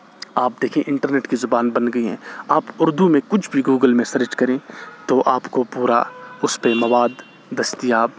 آپ دیکھیں internet کی زبان بن گئی ہیں آپ اردو میں کچھ بھی گوگل میں سرچ کریں تو آپ کو پورا اس پہ مواد دستیاب